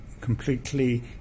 completely